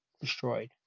destroyed